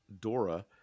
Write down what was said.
Dora